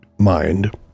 mind